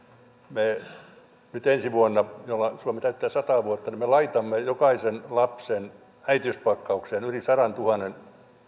nyt ensi vuonna jolloin suomi täyttää sata vuotta me laitamme jokaisen lapsen äitiyspakkaukseen yli sadantuhannen